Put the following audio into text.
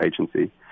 Agency